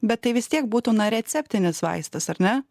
bet tai vis tiek būtų na receptinis vaistas ar ne